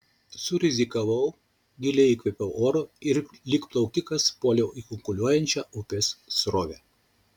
surizikavau giliai įkvėpiau oro ir lyg plaukikas puoliau į kunkuliuojančią upės srovę